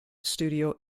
studio